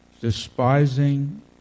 despising